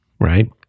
right